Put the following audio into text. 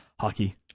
Hockey